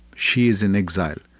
she is an exile,